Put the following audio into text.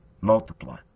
Multiply